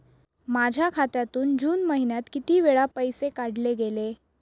माझ्या खात्यातून जून महिन्यात किती वेळा पैसे काढले गेले?